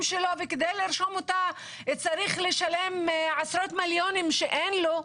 שלו וכדי לרשום אותה צריך לשלם עשרות מיליונים שאין לו,